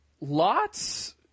lots